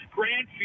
Grant